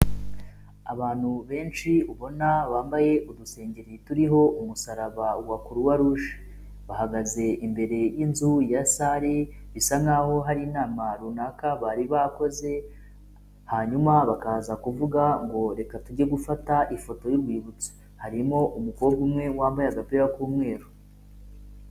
Abantu benshi ubona bambaye udusengeri turiho umusaraba wa croix rouge, bahagaze imbere y'inzu ya salle bisa nkaho hari inama runaka bari bakoze hanyuma bakaza kuvuga ngo "reka tujye gufata ifoto y'urwibutso" harimo umukobwa umwe wambaye agapira k'umweru.